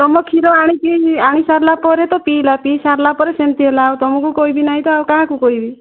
ତମ କ୍ଷୀର ଆଣିକି ଆଣିସାରିଲା ପରେ ତ ପିଇଲା ପିଇସାରିଲା ପରେ ସେମିତି ହେଲା ତମକୁ କହିବି ନାହିଁ ତ ଆଉ କାହାକୁ କହିବି